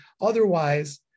otherwise